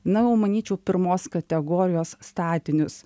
na o manyčiau pirmos kategorijos statinius